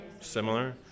Similar